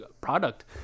product